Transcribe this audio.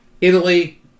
Italy